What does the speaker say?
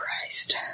Christ